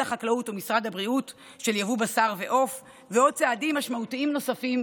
החקלאות ומשרד הבריאות וצעדים משמעותיים נוספים